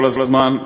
כל הזמן,